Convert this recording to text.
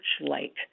light